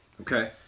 Okay